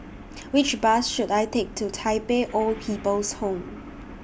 Which Bus should I Take to Tai Pei Old People's Home